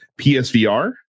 PSVR